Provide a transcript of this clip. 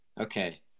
Okay